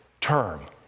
term